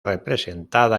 representada